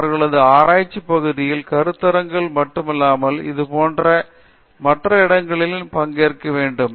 அவர்களது ஆராய்ச்சி பகுதியில் கருத்தரங்குகள் மட்டுமல்ல அதேபோல மற்ற இடங்களிலும் பங்கேற்க வேண்டும்